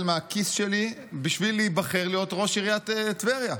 מהכיס שלי בשביל להיבחר להיות ראש עיריית טבריה.